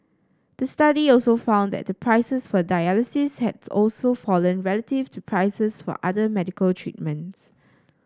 the study also found that the prices for dialysis had also fallen relative to prices for other medical treatments